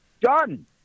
Done